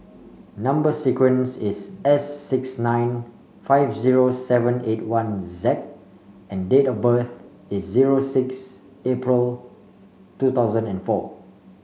number sequence is S six nine five zero seven eight one Z and date of birth is zero six April two thousand and four